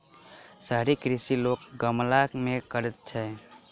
शहरी कृषि लोक गमला मे करैत छै